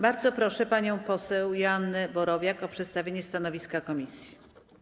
Bardzo proszę panią poseł Joannę Borowiak o przedstawienie stanowiska komisji.